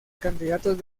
candidatos